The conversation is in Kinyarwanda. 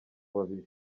babiri